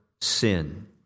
sin